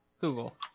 Google